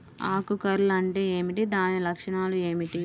ఆకు కర్ల్ అంటే ఏమిటి? దాని లక్షణాలు ఏమిటి?